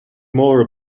more